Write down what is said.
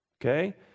Okay